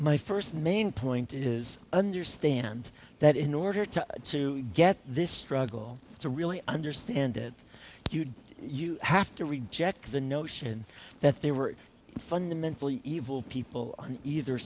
my first main point is understand that in order to to get this struggle to really understand it you have to reject the notion that there were fundamentally evil people on either